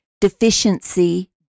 deficiency